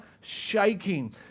shaking